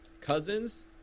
Cousins